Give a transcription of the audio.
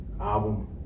album